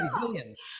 billions